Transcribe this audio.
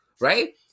Right